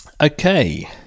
Okay